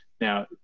now